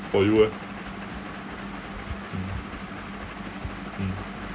for you eh mm mm